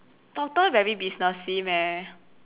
doctor very businessy meh